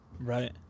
Right